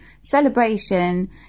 celebration